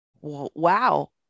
wow